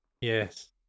Yes